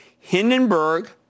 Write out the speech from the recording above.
Hindenburg